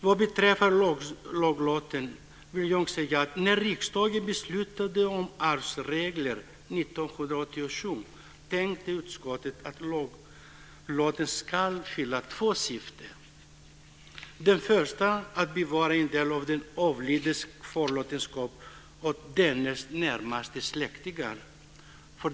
Vad beträffar laglotten vill jag säga att när riksdagen beslutade om arvsregler 1987 ansåg utskottet att laglotten ska fylla två syften. Det första är att bevara en del av den avlidnes kvarlåtenskap åt dennes närmaste släktingar.